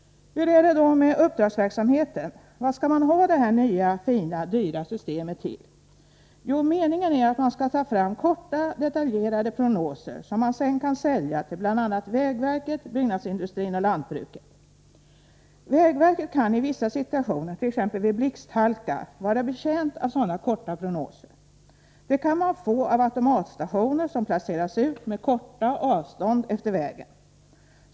Hur är det då med uppdragsverksamheten? Vad skall man ha det här nya, fina, dyra systemet till? Jo, meningen är att man skall ta fram korta detaljerade prognoser, som man sedan kan sälja till bl.a. Vägverket, byggnadsindustrin och lantbruket. Vägverket kan i vissa situationer, t.ex. vid blixthalka, vara betjänt av sådana korta prognoser. Detta kan man få av automatstationer som placeras ut med korta avstånd efter vägen.